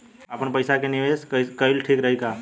आपनपईसा के निवेस कईल ठीक रही का?